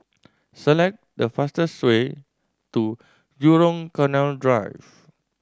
select the fastest way to Jurong Canal Drive